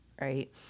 right